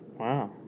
Wow